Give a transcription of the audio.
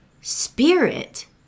spirit